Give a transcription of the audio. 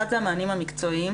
אחד זה המענים המקצועיים,